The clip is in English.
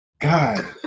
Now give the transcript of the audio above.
God